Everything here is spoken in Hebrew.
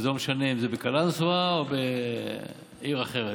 וזה לא משנה אם זה בקלנסווה או בעיר אחרת.